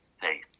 Hey